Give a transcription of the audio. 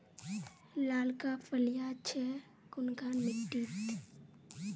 लालका फलिया छै कुनखान मिट्टी त?